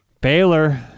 Baylor